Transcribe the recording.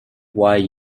why